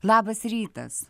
labas rytas